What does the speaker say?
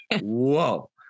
whoa